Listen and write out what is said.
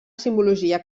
simbologia